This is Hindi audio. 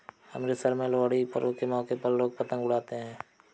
अमृतसर में लोहड़ी पर्व के मौके पर लोग पतंग उड़ाते है